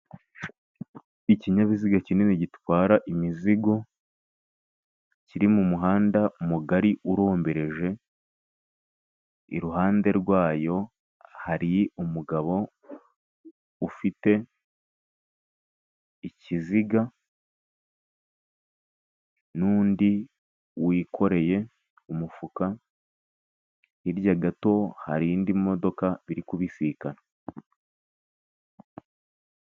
Ikinyabiziga kinini gitwara imizigo kiri mu muhanda mugari urombereje, iruhande rwayo hari umugabo ufite ikiziga n'undi wikoreye umufuka, hirya gato hari indi modoka biri kubisikana.